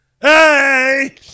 Hey